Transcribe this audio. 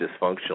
dysfunctional